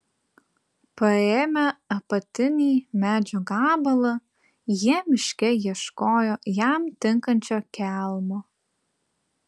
paėmę apatinį medžio gabalą jie miške ieškojo jam tinkančio kelmo